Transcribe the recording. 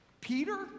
Peter